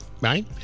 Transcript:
Right